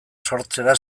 sortzera